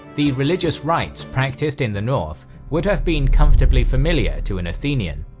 the religious rites practiced in the north would have been comfortably familiar to an athenian.